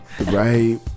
right